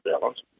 balance